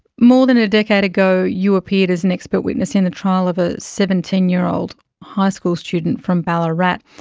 more than a decade ago you appeared as an expert witness in the trial of a seventeen year old high school student from ballarat.